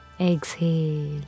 exhale